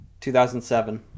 2007